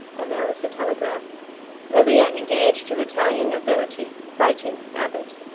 and there was the telegram lilia engaged to italian nobility. writing. abbott.